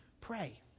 pray